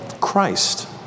Christ